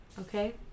Okay